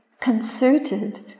concerted